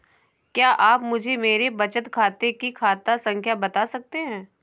क्या आप मुझे मेरे बचत खाते की खाता संख्या बता सकते हैं?